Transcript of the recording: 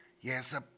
Yes